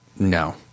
No